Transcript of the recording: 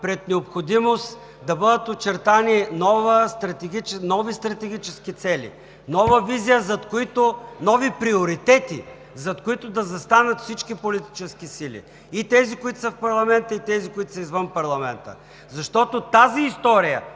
пред необходимост да бъдат очертани нови стратегически цели, нова визия, нови приоритети, зад които да застанат всички политически сили – и тези, които са в парламента, и тези, които са извън парламента, защото тази история